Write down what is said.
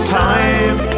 time